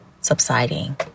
subsiding